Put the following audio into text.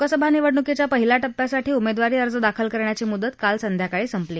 लोकसभा निवडणुकीच्या पहिल्या टप्प्यासाठी उमेदवारी अर्ज दाखल करण्याची मुदत काल संध्याकाळी संपली